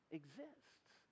exists